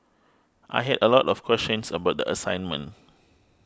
I had a lot of questions about the assignment